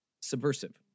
subversive